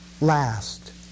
last